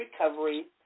recovery